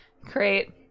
Great